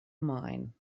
mine